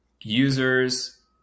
users